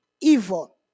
evil